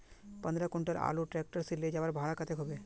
पंद्रह कुंटल आलूर ट्रैक्टर से ले जवार भाड़ा कतेक होबे?